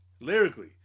lyrically